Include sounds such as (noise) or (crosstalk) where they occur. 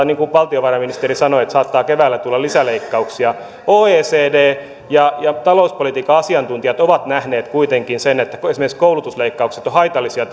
(unintelligible) niin kuin valtiovarainministeri sanoi että saattaa keväällä tulla lisäleikkauksia oecd ja ja talouspolitiikan asiantuntijat ovat nähneet kuitenkin että esimerkiksi koulutusleikkaukset ovat haitallisia (unintelligible)